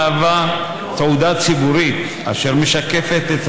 המהווה תעודה ציבורית אשר משקפת את